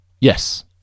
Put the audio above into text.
Yes